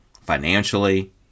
financially